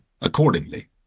accordingly